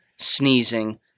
Sneezing